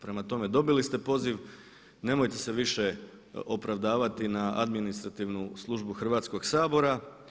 Prema tome, dobili ste poziv, nemojte se više opravdavati na administrativnu službu Hrvatskoga sabora.